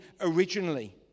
originally